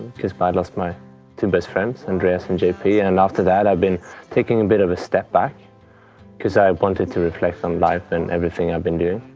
but i lost my two best friends, andreas and j p. and after that i'd been taking a bit of a step back because i wanted to reflect on life and everything i'd been doing.